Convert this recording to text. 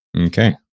Okay